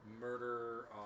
murder